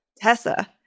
Tessa